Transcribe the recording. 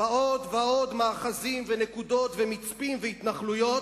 ועוד ועוד מאחזים ונקודות ומצפים והתנחלויות.